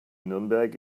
nürnberg